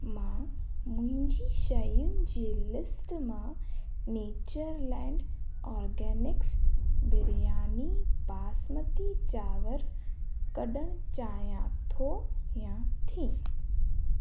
मां मुंहिंजी शयुनि जी लिस्ट मां नैचरलैंड ऑर्गॅनिक्स बिरयानी बासमती चांवर कढणु चाहियां थो यां थी